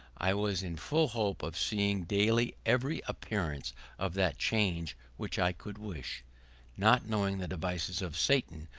i was in full hope of seeing daily every appearance of that change which i could wish not knowing the devices of satan,